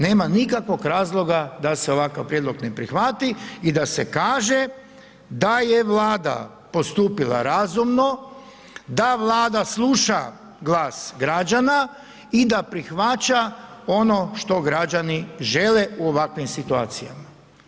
Nema nikakvog razloga da se ovakav prijedlog ne prihvati i da se kaže da je Vlada postupila razumno, da Vlada sluša glas građana i da prihvaća ono što građani žele u ovakvim situacijama.